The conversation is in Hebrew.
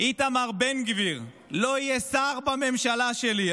"איתמר בן גביר לא יהיה שר בממשלה שלי",